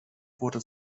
wurde